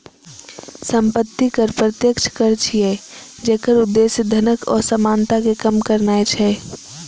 संपत्ति कर प्रत्यक्ष कर छियै, जेकर उद्देश्य धनक असमानता कें कम करनाय छै